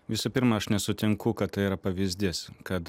visų pirma aš nesutinku kad tai yra pavyzdys kad